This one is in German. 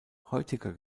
heutiger